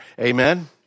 Amen